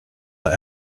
that